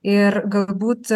ir galbūt